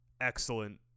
excellent